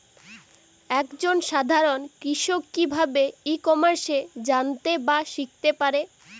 এক জন সাধারন কৃষক কি ভাবে ই কমার্সে জানতে বা শিক্ষতে পারে?